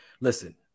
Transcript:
listen